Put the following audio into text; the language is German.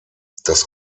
dass